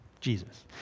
Jesus